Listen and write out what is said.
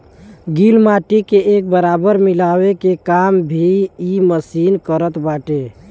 गिल माटी के एक बराबर मिलावे के काम भी इ मशीन करत बाटे